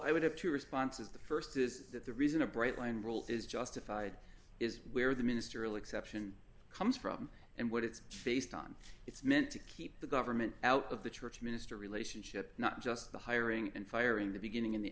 i would have two responses the st is that the reason a bright line rule is justified is where the ministerial exception comes from and what it's based on it's meant to keep the government out of the church minister relationship not just the hiring and firing the beginning in the